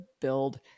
build